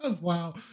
Wow